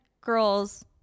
girls